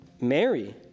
Mary